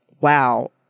wow